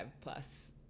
plus